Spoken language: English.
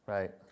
Right